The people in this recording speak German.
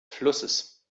flusses